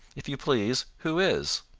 if you please, who is?